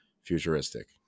futuristic